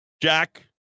Jack